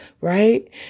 right